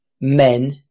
men